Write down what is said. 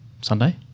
Sunday